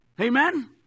Amen